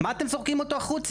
מה אתם זורקים אותו החוצה?